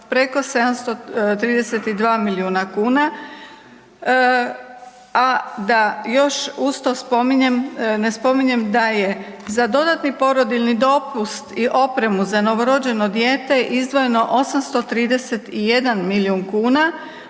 preko 732 milijuna kuna, a da još uz to spominjem, ne spominjem da je za dodatni porodiljni dopust i opremu za novorođeno dijete izdvojeno 831 milijun kuna,